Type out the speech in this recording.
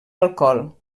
alcohol